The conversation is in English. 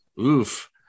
oof